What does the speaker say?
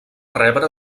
rebre